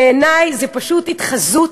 בעיני זו פשוט התחזות.